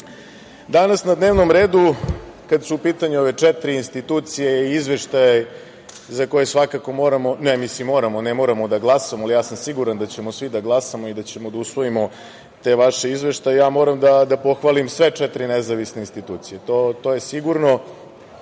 na dnevnom redu, kada su u pitanju ove četiri institucije, je i Izveštaj za koji svakako moramo, ne mislim moramo, ne moramo da glasamo, ali ja sam siguran da ćemo svi da glasamo i da ćemo da usvojimo te vaše izveštaje. Moram da pohvalim sve četiri nezavisne institucije. To je sigurno. Prvo,